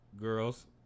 girls